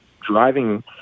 driving